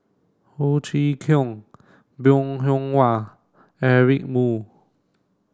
Ho Chee Kong Bong Hiong Hwa Eric Moo